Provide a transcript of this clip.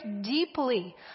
deeply